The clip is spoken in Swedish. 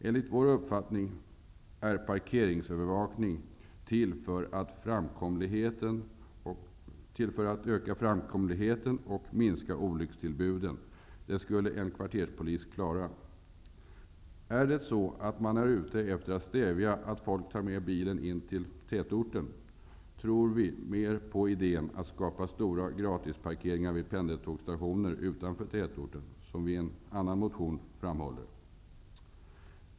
Enligt vår uppfattning är parkeringsövervakning till för att öka framkomligheten och minska olyckstillbuden. Det skulle en kvarterspolis klara. Om det är så att man är ute efter att stävja att folk tar med bilen in till tätorten, tror vi mer på idén att bygga stora gratisparkeringar vid pendeltågsstationer utanför tätorten, vilken vi framför i en annan motion.